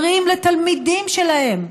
שאומרים לתלמידים שלהם: